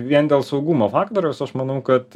vien dėl saugumo faktoriaus aš manau kad